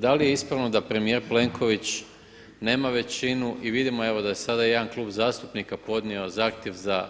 Da li je ispravno da premijer Plenković nema većinu i vidimo evo da je sada jedan klub zastupnika podnio zahtjev za